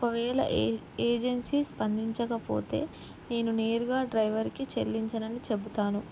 ఒకవేళ ఏ ఏజెన్సీ స్పందించకపోతే నేను నేరుగా డ్రైవర్కి చెల్లించనని చెబుతాను